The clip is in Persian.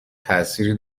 تاثیری